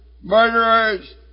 murderers